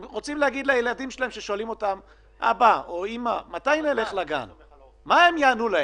מה הם יענו לילדים ששואלים אותם: "אבא,